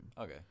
Okay